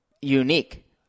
unique